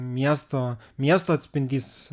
miesto miesto atspindys